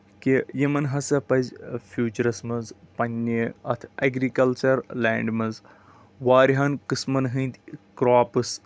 کہِ یَمن ہاسا پَزِ فیوٗچرَس منٛز پَنٕنہِ اَتھ ایٚگریکلچر لینٛڈِ منٛز واریاہن قٕسمَن ہنٛدۍ کراپٕس